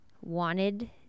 wanted